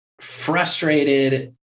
frustrated